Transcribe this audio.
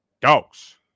dogs